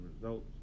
results